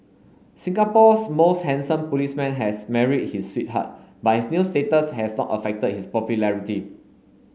Singapore's most handsome policeman has married his sweetheart but his new status has not affected his popularity